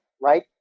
Right